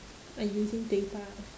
I using data